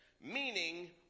meaning